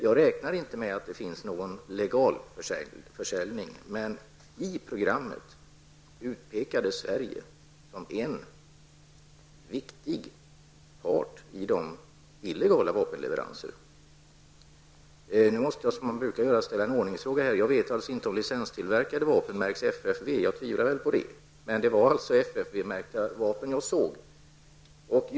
Jag räknar inte med att det finns någon legal försäljning, men i programmet utpekades Sverige som en viktig part i illegala vapenleveranser. Nu måste jag, som man brukar göra, ställa en ordningsfråga -- jag vet inte om licenstillverkade vapen märks FFV; jag tvivlar på det. Men det var FFV-märkta vapen jag såg.